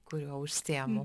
kuriuo užsiimu